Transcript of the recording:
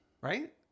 Right